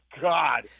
God